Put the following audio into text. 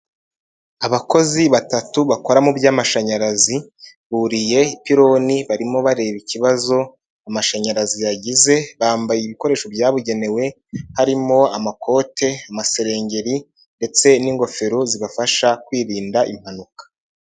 Abakozi batatu bakora mu by'amashanyarazi buriye ipironi barimo bareba ikibazo amashanyarazi yagize bambaye ibikoresho byabugenewe harimo amakote, amaserengeri ndetse n'ingofero zibafasha kwirinda impanuka.